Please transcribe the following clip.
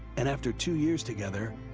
and after two years together,